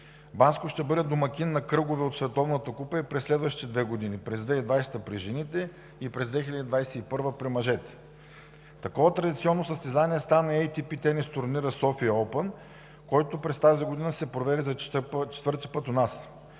Банско ще бъде домакин на кръгове от Световната купа и през следващите две години – през 2020 г. при жените и през 2021 г. при мъжете. Такова традиционно състезание стана АТП тенис турнир „София оупън“, който през тази година се проведе за четвърти път у нас.